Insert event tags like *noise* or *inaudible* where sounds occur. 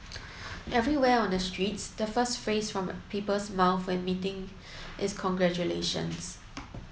*noise* everywhere on the streets the first phrase from people's mouths when meeting is congratulations